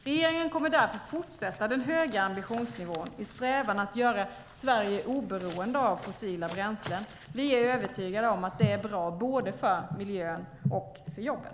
Regeringen kommer därför att fortsätta ha en hög ambitionsnivå i strävan att göra Sverige oberoende av fossila bränslen. Vi är övertygade om att det är bra både för miljön och för jobben.